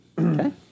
Okay